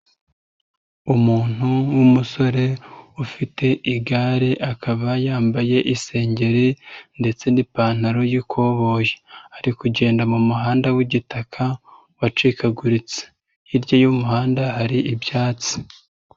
Umuntu w'umusore ufite igare, akaba yambaye isengeri ndetse n'ipantaro y'ikoboyi. Ari kugenda mu muhanda w'igitaka wacikaguritse. Hirya y'umuhanda hari ibyatsi.